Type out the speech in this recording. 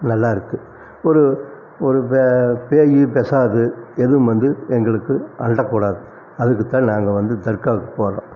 நல்லாயிருக்கு ஒரு ஒரு இப்போ பேய் பிசாது எதுவும் வந்து எங்களுக்கு அண்டக் கூடாது அதுக்கு தான் நாங்கள் வந்து தர்காவுக்கு போகிறோம்